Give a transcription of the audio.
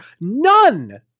none